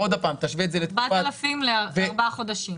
4,000 שקלים לארבעה חודשים.